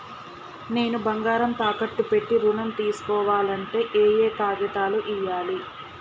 నేను బంగారం తాకట్టు పెట్టి ఋణం తీస్కోవాలంటే ఏయే కాగితాలు ఇయ్యాలి?